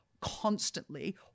constantly